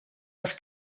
les